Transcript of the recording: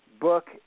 book